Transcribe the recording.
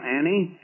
Annie